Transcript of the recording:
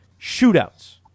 shootouts